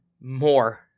more